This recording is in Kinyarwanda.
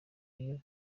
iyo